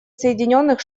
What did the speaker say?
соединенных